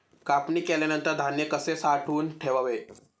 कापणी केल्यानंतर धान्य कसे साठवून ठेवावे?